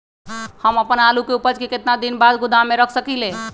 हम अपन आलू के ऊपज के केतना दिन बाद गोदाम में रख सकींले?